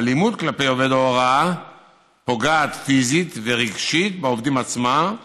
אלימות כלפי עובד ההוראה פוגעת פיזית ורגשית בעובדים עצמם,